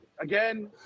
again